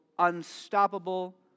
unstoppable